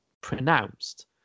pronounced